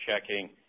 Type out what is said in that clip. checking